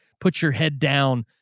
put-your-head-down